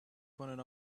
pointed